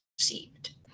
received